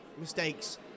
mistakes